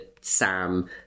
Sam